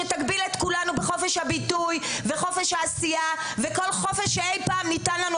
שתגביל את כולנו בחופש הביטוי וחופש העשייה וכל חופש שאי פעם ניתן לנו,